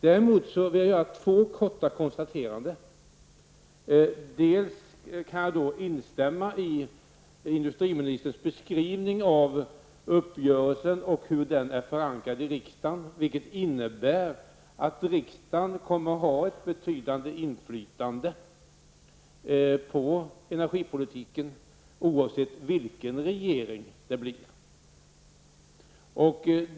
Däremot vill jag göra två korta konstateranden. Jag kan instämma i industriministerns beskrivning av uppgörelsen och hur den är förankrad i riksdagen, vilket innebär att riksdagen kommer att ha ett betydande inflytande på energipolitiken oavsett vilken regering det blir i höst.